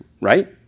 Right